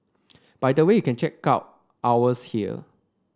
by the way you can check out ours here